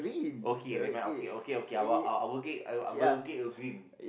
okay never mind okay okay okay I will I will get I will get your green